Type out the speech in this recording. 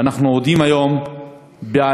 אנחנו עומדים היום בעלייה.